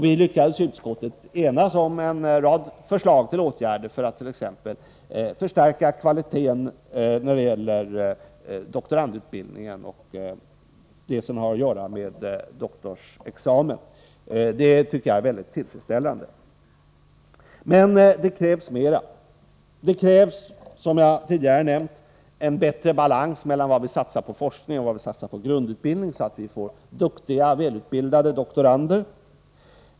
Vi lyckades i utskottet enas om en rad förslag till åtgärder för att t.ex. förstärka kvaliteten på doktorandutbildningen och när det gäller doktorsexamen. Det tycker jag är mycket tillfredsställande. Men det krävs mera. Det krävs, som jag tidigare nämnt, en bättre balans mellan vad vi satsar på forskning och vad vi satsar på grundutbildning, så att vi får duktiga, välutbildade doktorander.